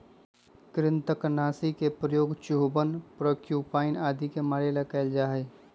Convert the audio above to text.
कृन्तकनाशी के प्रयोग चूहवन प्रोक्यूपाइन आदि के मारे ला कइल जा हई